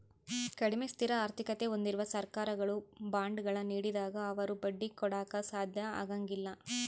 ಕಡಿಮೆ ಸ್ಥಿರ ಆರ್ಥಿಕತೆ ಹೊಂದಿರುವ ಸರ್ಕಾರಗಳು ಬಾಂಡ್ಗಳ ನೀಡಿದಾಗ ಅವರು ಬಡ್ಡಿ ಕೊಡಾಕ ಸಾಧ್ಯ ಆಗಂಗಿಲ್ಲ